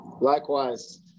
likewise